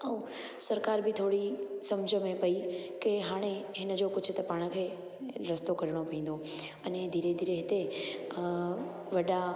ऐं सरकार बि थोरी सम्झि में पई के हाणे हिनजो कुझु त पाण खे रस्तो कढणो पईंदो अने धीरे धीरे हिते वॾा